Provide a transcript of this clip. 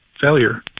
failure